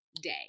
day